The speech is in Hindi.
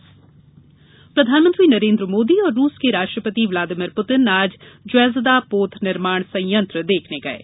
प्रधानमंत्री रूस प्रधानमंत्री नरेन्द्र मोदी और रूस के राष्ट्रपति व्लादिमीर पुतिन आज ज्वेजदा पोत निर्माण संयंत्र देखने गये